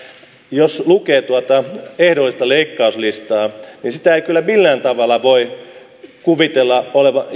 jos lukee tuota ehdollista leikkauslistaa niin sen ei kyllä millään tavalla voi kuvitella